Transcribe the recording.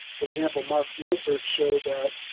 for example mark milford showed that,